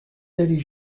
d’aller